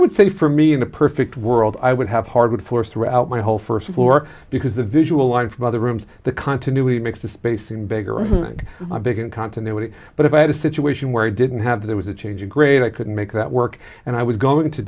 would say for me in a perfect world i would have hardwood floors throughout my whole first floor because the visual line from other rooms the continuity makes the spacing bigger i think big and continuity but if i had a situation where i didn't have there was a change a grade i could make that work and i was going to